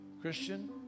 Christian